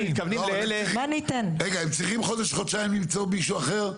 הם צריכים חודש-חודשיים כדי למצוא מישהו אחר?